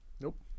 Nope